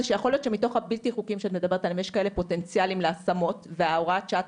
ממילא גם ככל שנצא עם הוראת שעה